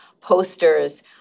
posters